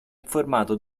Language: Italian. informato